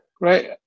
Right